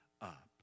up